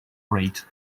rate